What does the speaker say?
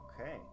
Okay